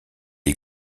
est